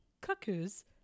cuckoos